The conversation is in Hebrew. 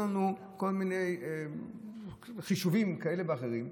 לנו כל מיני חישובים כאלה ואחרים,